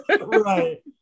Right